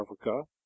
africa